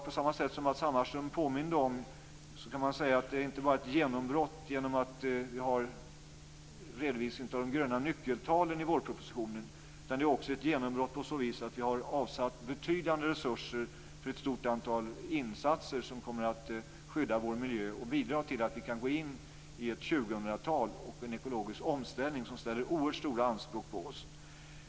På samma sätt som Matz Hammarström påminde om kan man säga att det inte bara varit ett genombrott genom att vi har redovisat de gröna nyckeltalen i vårpropositionen, utan det är ett genombrott också på så vis att vi har avsatt betydande resurser för ett stort antal insatser som kommer att skydda vår miljö och bidra till att vi kan gå in i ett 2000-tal med en ekologisk omställning som ställer oerhört stora anspråk på oss.